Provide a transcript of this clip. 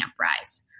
rise